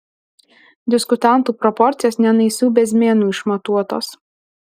diskutantų proporcijos ne naisių bezmėnu išmatuotos